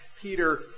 Peter